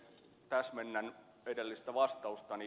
täsmennän edellistä vastaustani